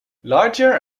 larger